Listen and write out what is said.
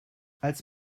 als